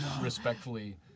respectfully